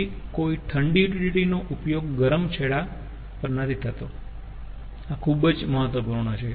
પછી કોઈ ઠંડી યુટીલીટી નો ઉપયોગ ગરમ છેડા પર નથી થતો આ ખૂબ જ મહત્વપૂર્ણ છે